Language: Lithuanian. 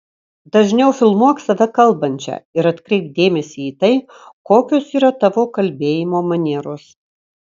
dažniau filmuok save kalbančią ir atkreipk dėmesį į tai kokios yra tavo kalbėjimo manieros